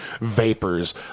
vapors